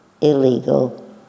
illegal